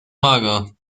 mager